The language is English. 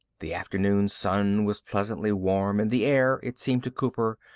the afternoon sun was pleasantly warm and the air, it seemed to cooper,